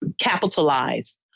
Capitalize